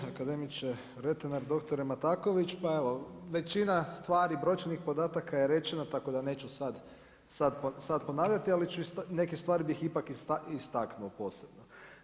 Akademiče Vretenar, doktore Mataković, pa evo većina stvari brojčanih podataka je rečeno tako da neću sada ponavljati, ali neke stvari bih ipak istaknuo posebno.